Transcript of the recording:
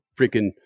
freaking